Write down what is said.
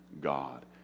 God